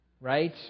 right